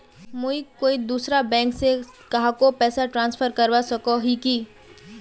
मुई कोई दूसरा बैंक से कहाको पैसा ट्रांसफर करवा सको ही कि?